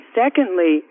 secondly